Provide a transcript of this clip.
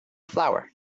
flower